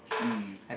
mm